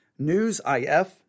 Newsif